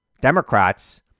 Democrats